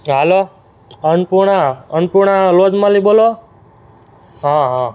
એ hello Annapurna અન્નપૂર્ણાના lodge માલિક બોલો હં હં